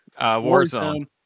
Warzone